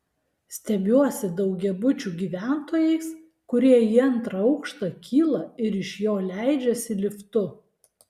stebiuosi daugiabučių gyventojais kurie į antrą aukštą kyla ir iš jo leidžiasi liftu